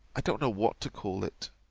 i don't know what to call it